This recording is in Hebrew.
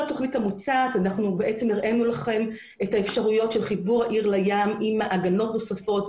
אנחנו הראינו לכם את האפשרויות של חיבור העיר לים עם מעגנות נוספות.